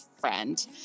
friend